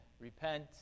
repent